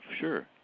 Sure